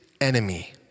enemy